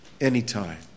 anytime